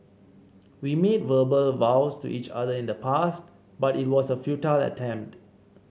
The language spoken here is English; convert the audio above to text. we made verbal vows to each other in the past but it was a futile attempt